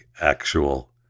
actual